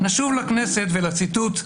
נשוב לכנסת ולציטוט,